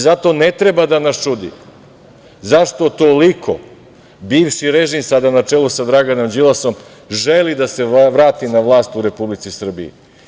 Zato ne treba da nas čudi zašto toliko bivši režim, sada na čelu sa Draganom Đilasom, želi da se vrati na vlast u Republici Srbiji.